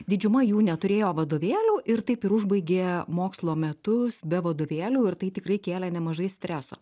didžiuma jų neturėjo vadovėlių ir taip ir užbaigė mokslo metus be vadovėlių ir tai tikrai kėlė nemažai streso